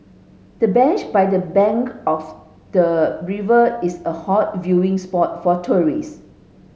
the bench by the bank of the river is a hot viewing spot for tourist